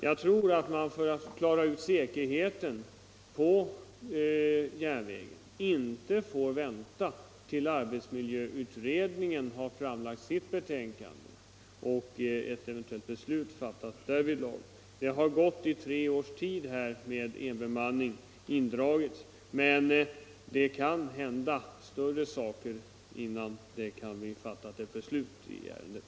Jag tror att man när det gäller att klara ut säkerheten på järnvägen inte får vänta till dess arbetsmiljöutredningen framlagt sitt betänkande och ett eventuellt beslut fattats därvidlag. Det har gått i tre års tid med enmansbetjäning, men det kan hända svårare saker innan beslut i ärendet fattas.